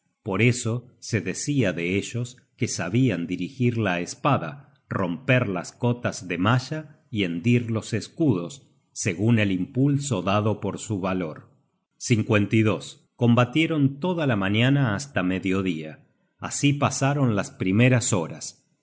por eso se decia de ellos que sabian dirigir la espada romper las cotas de malla y hendir los escudos segun el impulso dado por su valor combatieron toda la mañana hasta medio dia así pasaron las primeras horas